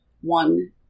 one